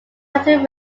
mountain